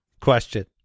question